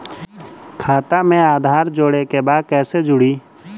खाता में आधार जोड़े के बा कैसे जुड़ी?